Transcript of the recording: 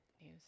news